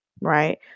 right